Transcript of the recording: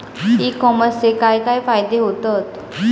E कॉमर्सचे काय काय फायदे होतत?